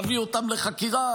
להביא אותם לחקירה,